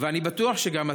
ואני בטוח שגם אתה.